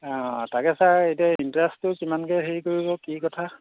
অঁ তাকে ছাৰ এতিয়া ইণ্টাৰেষ্টটো কিমানকৈ হেৰি কৰিব কি কথা